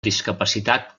discapacitat